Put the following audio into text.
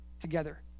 together